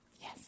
Yes